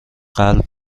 قلب